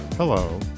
Hello